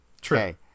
true